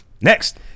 Next